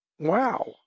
Wow